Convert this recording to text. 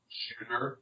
shooter